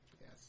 Yes